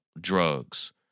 drugs